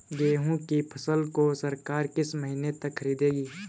गेहूँ की फसल को सरकार किस महीने तक खरीदेगी?